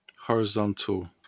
horizontal